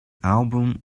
album